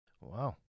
Wow